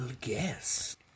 guess